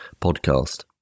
podcast